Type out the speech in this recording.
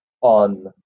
on